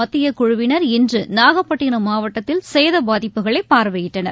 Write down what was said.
மத்திய குழுவினர் இன்று நாகப்பட்டினம் மாவட்டத்தில் சேத பாதிப்புகளை பார்வையிட்டனர்